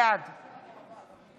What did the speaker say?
בעד